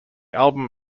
album